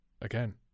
again